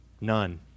None